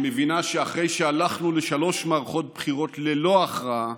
שמבינה שאחרי שהלכנו לשלוש מערכות בחירות ללא הכרעה